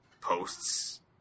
posts